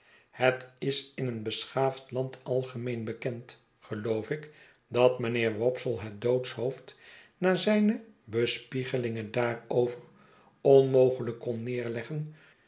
het is in een beschaafd land algemeen bekend geloof ik dat mijnheer wopsle het doodshoofd na zijne bespiegelingen daarover onmogelijk kon neerleggen